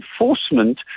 enforcement